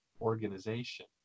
organization